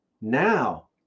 now